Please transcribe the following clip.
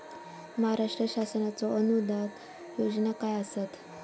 महाराष्ट्र शासनाचो अनुदान योजना काय आसत?